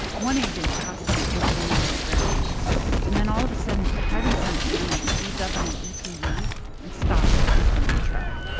one agent tosses an older woman on the ground and then all of a sudden cliven's son ammon speeds up on an atv and stops it in front of the truck